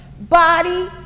body